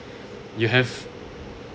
you have